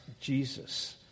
Jesus